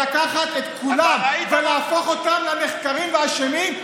ולקחת את כולם ולהפוך אותם לנחקרים והאשמים,